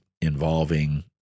involving